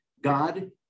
God